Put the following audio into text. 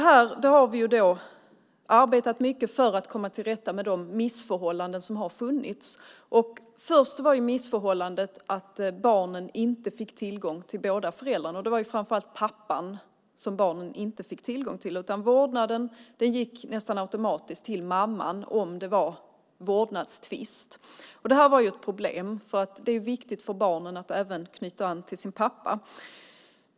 Vi har arbetat mycket för att komma till rätta med de missförhållanden som har funnits. Först var missförhållandet att barnen inte fick tillgång till båda föräldrarna. Det var framför allt pappan som barnen inte fick tillgång till. Vårdnaden gick nästan automatiskt till mamman om det var vårdnadstvist. Det här var ett problem. Det är viktigt för barnen att även knyta an till sin pappa.